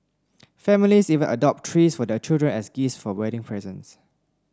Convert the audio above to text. families even adopt trees for their children as gifts for wedding presents